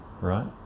right